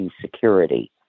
security